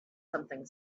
something